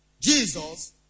Jesus